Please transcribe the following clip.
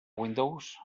windows